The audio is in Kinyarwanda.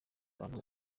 bantu